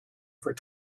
for